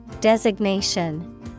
Designation